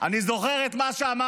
אני זוכר את מה שאמרת,